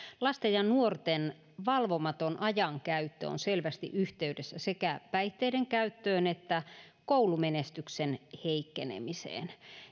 lasten ja nuorten valvomaton ajankäyttö on selvästi yhteydessä sekä päihteiden käyttöön että koulumenestyksen heikkenemiseen